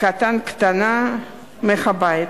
קטן/קטנה מהבית.